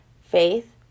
faith